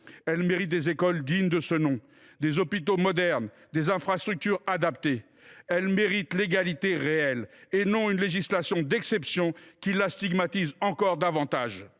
Elle mérite des écoles dignes de ce nom, des hôpitaux modernes, des infrastructures adaptées. Elle mérite aussi l’égalité réelle, et non une législation d’exception qui la stigmatise encore davantage…